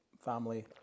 family